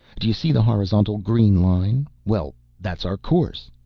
do you see the horizontal green line? well, that's our course.